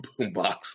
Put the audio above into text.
boombox